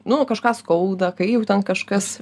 nu kažką skauda kai jau ten kažkas